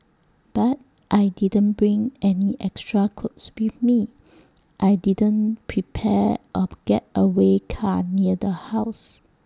but I didn't bring any extra clothes with me I didn't prepare A getaway car near the house